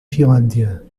finlândia